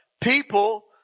people